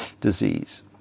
disease